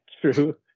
true